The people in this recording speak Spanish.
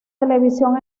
televisión